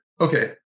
Okay